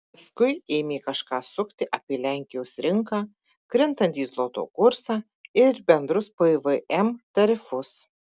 paskui ėmė kažką sukti apie lenkijos rinką krintantį zloto kursą ir bendrus pvm tarifus